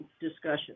discussion